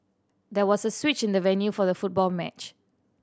there was a switch in the venue for the football match